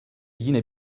yine